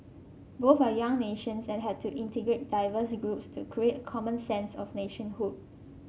both are young nations and had to integrate diverse groups to create a common sense of nationhood